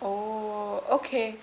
orh okay